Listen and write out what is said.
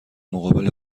مقابل